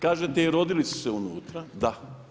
Kažete i rodili su se unutra, da.